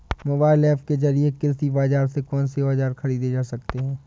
Mobile app के जरिए कृषि बाजार से कौन से औजार ख़रीदे जा सकते हैं?